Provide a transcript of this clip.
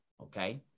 okay